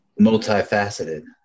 multifaceted